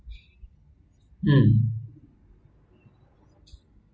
um